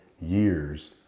years